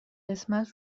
قسمت